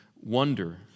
wonder